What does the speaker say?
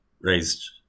raised